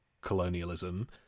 colonialism